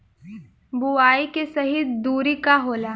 बुआई के सही दूरी का होला?